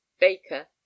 Baker